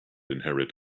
inherit